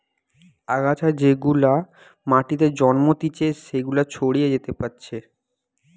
আগাছা যেগুলা মাটিতে জন্মাতিচে সেগুলা ছড়িয়ে যেতে পারছে